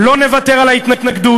"לא נוותר על ההתנגדות.